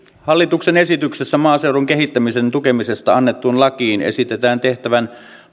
hallituksen esityksessä maaseudun kehittämisen tukemisesta annettuun lakiin esitetään tehtävän